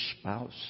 spouse